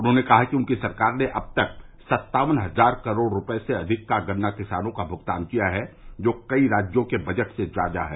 उन्होंने कहा कि उनकी सरकार ने अब तक सत्तावन हजार करोड़ रूपये से अधिक का गन्ना किसानों का भुगतान किया है जो कई राज्यों के बजट से ज्यादा है